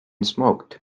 smoked